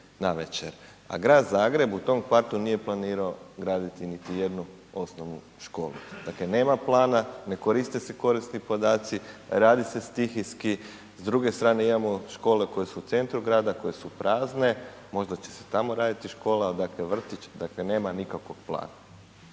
navečer, a Grad Zagreb u tom kvartu nije planirao graditi niti jednu osnovnu školu. Dakle, nema plana, ne koriste se korisni podaci, radi se stihijski, s druge strane imamo škole koje su u centru grada, koje su prazne, možda će se tamo raditi škola, dakle vrtić, dakle nema nikakvog plana.